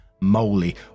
moly